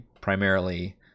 primarily